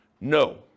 No